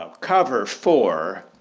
ah cover for